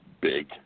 big